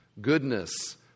goodness